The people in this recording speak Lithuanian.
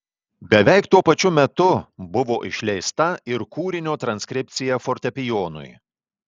beveik tuo pačiu metu buvo išleista ir kūrinio transkripcija fortepijonui